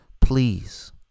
Please